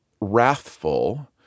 wrathful